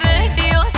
Radio